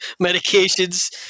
medications